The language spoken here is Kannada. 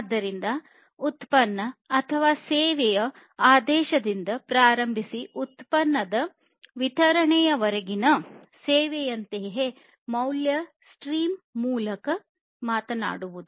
ಆದ್ದರಿಂದ ಉತ್ಪನ್ನ ಅಥವಾ ಸೇವೆಯ ಆದೇಶದಿಂದ ಪ್ರಾರಂಭಿಸಿ ಉತ್ಪನ್ನದ ವಿತರಣೆಯವರೆಗೆನ ಸೇವೆಯೆಂದರೆ ಮೌಲ್ಯ ಸ್ಟ್ರೀಮ್ ಆಗಿರುತ್ತದೆ